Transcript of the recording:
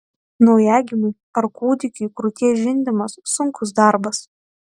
naujagimiui ar kūdikiui krūties žindimas sunkus darbas